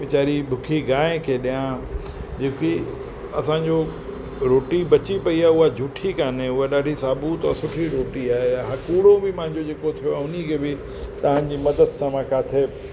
विचारे बुखी गांइ खे ॾियां जेकि असांजो रोटी बची पयी आहे उहो झूठी कोन्हे उहो ॾाढी साबुत और सुठी रोटी आहे कूड़ो बि मुंहिंजो जेको थियो आहे उन्ही खे बि तव्हां जी मदद सां मां किथे